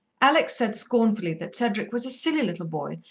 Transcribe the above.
alex said scornfully that cedric was a silly little boy,